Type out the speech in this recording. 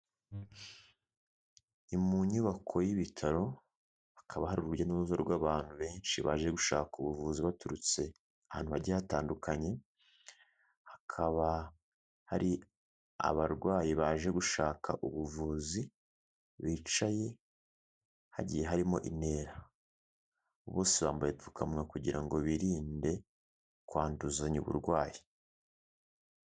Ni mu nyubako y'ibitaro, hakaba hari urujya n'uruza rw'abantu benshi baje gushaka ubuvuzi baturutse ahantu hagiye hatandukanye, hakaba hari abarwayi baje gushaka ubuvuzi bicaye, hagiye harimo intera, bose bambaye ubupfukamunwa kugira ngo birinde kwanduzanya uburwayi.